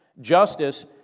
Justice